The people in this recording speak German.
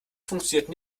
funktioniert